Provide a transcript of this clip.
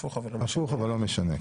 הפוך, אבל לא משנה.